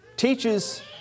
teaches